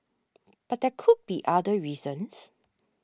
but there could be other reasons